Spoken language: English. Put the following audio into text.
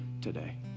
today